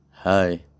Hi